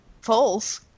False